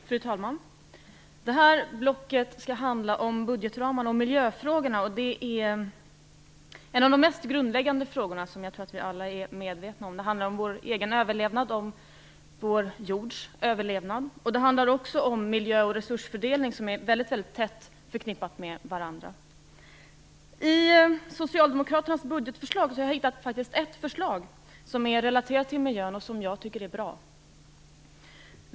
Fru talman! Detta block skall handla om budgetramarna och miljöfrågorna. Det är några av de mest grundläggande frågorna, vilket jag tror att vi alla är medvetna om. Det handlar om vår egen överlevnad och om vår jords överlevnad. Det handlar också om miljö och resursfördelning, som är väldigt tätt förknippade med varandra. I Socialdemokraternas budgetförslag har jag hittat ett förslag som är relaterat till miljön och som jag tycker är bra.